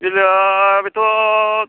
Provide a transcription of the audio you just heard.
दिब्लाइ बेथ'